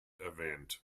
erwähnt